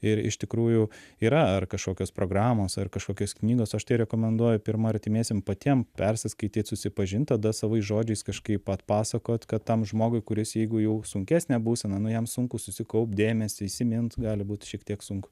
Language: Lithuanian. ir iš tikrųjų yra ar kažkokios programos ar kažkokios knygos aš tai rekomenduoju pirma artimiesiem patiem persiskaityt susipažint tada savais žodžiais kažkaip atpasakot kad tam žmogui kuris jeigu jau sunkesnė būsena nu jam sunku susikaupt dėmesį įsimint gali būt šiek tiek sunku